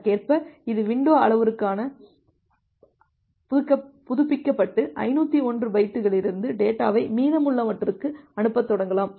அதற்கேற்ப இது வின்டோ அளவுருவாக புதுப்பிக்கப்பட்டு 501 பைட்டுகளிலிருந்து டேட்டாவை மீதமுள்ளவற்றுக்கு அனுப்பத் தொடங்கலாம்